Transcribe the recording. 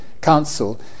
council